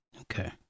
Okay